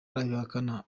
arabihakana